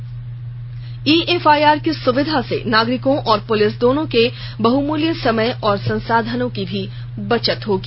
ई FIR की सुविधा से नागरिकों और पुलिस दोनों के बहुमूल्य समय और संसाधनों की बचत होगी